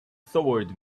towards